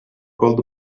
gold